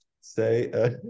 say